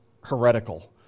heretical